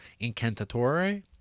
Incantatore